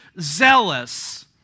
zealous